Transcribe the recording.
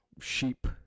sheep